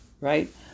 right